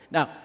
Now